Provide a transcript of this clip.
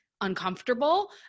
uncomfortable